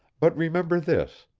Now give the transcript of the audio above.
but remember this,